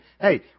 Hey